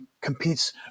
competes